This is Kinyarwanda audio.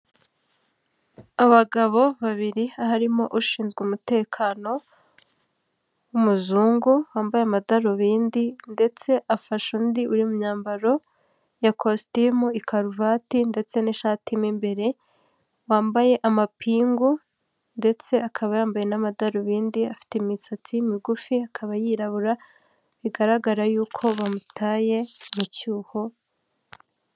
Abagabo babiri harimo ushinzwe umutekano w'umuzungu wambaye amadarubindi ndetse afashe undi uri mu myambaro ya kositimu, ikaruvati ndetse n'ishati mu imbere wambaye amapingu ndetse akaba yambaye n'amadarubindi afite imisatsi migufi akaba yirabura bigaragara y'uko bamutaye mu cyuho.